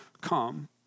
come